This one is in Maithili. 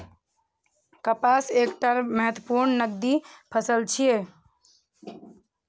कपास एकटा महत्वपूर्ण नकदी फसल छियै